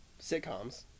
sitcoms